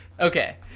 Okay